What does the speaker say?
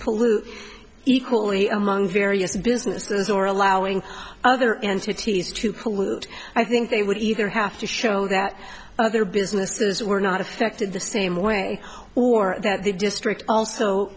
pollute equally among various businesses or allowing other entities to pollute i think they would either have to show that other businesses were not affected the same way or that the district also